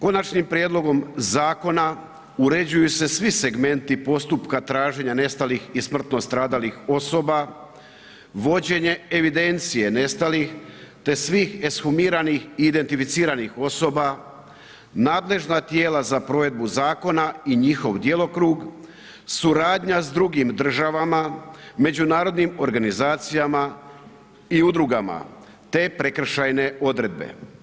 Konačnim prijedlogom zakona uređuju se svi segmenti postupka traženja nestalih i smrtno stradalih osoba, vođenje evidencije nestalih te svih ekshumiranih i identificiranih osoba, nadležna tijela za provedbu zakona i njihov djelokrug, suradnja s drugim državama, međunarodnim organizacijama i udrugama te prekršajne odredbe.